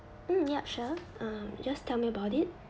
mm yup sure um just tell me about it